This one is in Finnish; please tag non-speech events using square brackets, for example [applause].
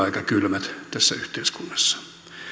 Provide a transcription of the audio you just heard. [unintelligible] aika kylmä tässä yhteiskunnassa